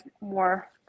more